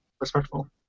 Respectful